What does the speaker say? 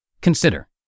Consider